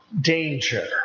danger